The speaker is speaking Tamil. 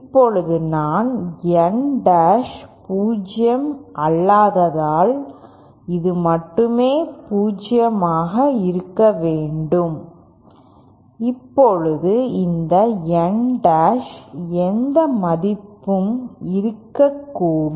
இப்போது நான் n டாஷ் 0 அல்லாததால் இது மட்டுமே பூஜ்யமாக இருக்க வேண்டும் இப்போது இந்த N டாஷ் எந்த மதிப்பும் இருக்கக்கூடும்